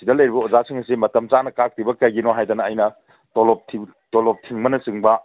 ꯁꯤꯗ ꯂꯩꯔꯤꯕ ꯑꯣꯖꯥꯁꯤꯡ ꯑꯁꯤ ꯃꯇꯝꯆꯥꯅ ꯀꯥꯔꯛꯇ꯭ꯔꯤꯕ ꯀꯩꯒꯤꯅꯣ ꯍꯥꯏꯗꯅ ꯑꯩꯅ ꯇꯣꯂꯣꯞ ꯊꯤꯡꯕꯅꯆꯤꯡꯕ